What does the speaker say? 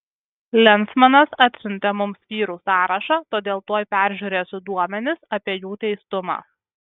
lensmanas atsiuntė mums vyrų sąrašą todėl tuoj peržiūrėsiu duomenis apie jų teistumą